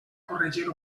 corregir